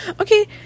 Okay